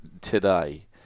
today